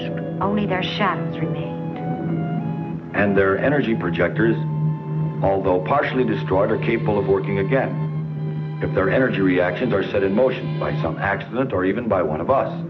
shack and their energy projectors although partially destroyed are capable of working again if their energy reactions are set in motion by some accident or even by one of us